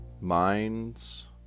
minds